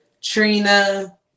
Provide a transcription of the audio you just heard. Trina